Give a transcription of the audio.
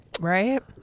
right